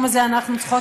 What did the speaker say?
במדינת היהודים,